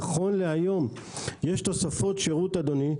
נכון להיום יש תוספות שירות אדוני,